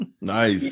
Nice